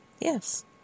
Yes